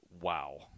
Wow